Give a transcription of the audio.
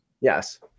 Yes